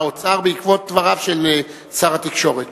האוצר בעקבות דבריו של שר התקשורת.